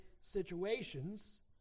situations